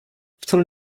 wcale